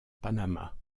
panama